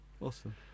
Awesome